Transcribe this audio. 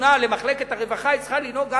שנתונה למחלקת הרווחה צריכה לנהוג א',